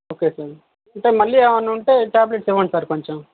okay sir అంటే మళ్ళీ ఏమన్నా ఉంటే ట్యాబ్లెట్స్ ఇవ్వండి సార్ కొంచం